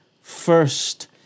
first